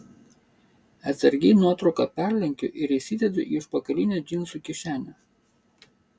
atsargiai nuotrauką perlenkiu ir įsidedu į užpakalinę džinsų kišenę